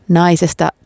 naisesta